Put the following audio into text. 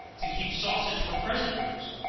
to keep sausage for present use,